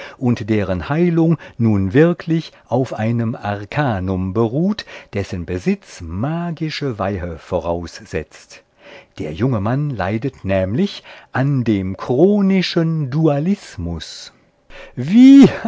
und deren heilung nun wirklich auf einem arkanum beruht dessen besitz magische weihe voraussetzt der junge mann leidet nämlich an dem chronischen dualismus wie